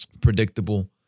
predictable